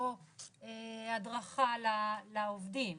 או הדרכה לעובדים,